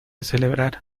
celebrar